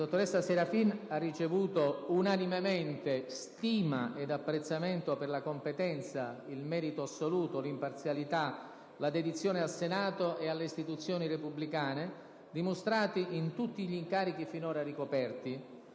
La dottoressa Serafin ha ricevuto unanimemente stima e apprezzamento per la competenza, il merito assoluto, l'imparzialità, la dedizione al Senato e alle istituzioni repubblicane, dimostrati in tutti gli incarichi finora ricoperti.